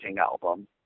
album